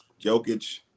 Jokic